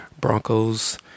Broncos